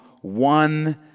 one